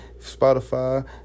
Spotify